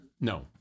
No